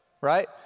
right